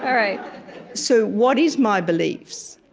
right so what is my beliefs?